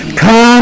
come